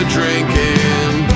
drinking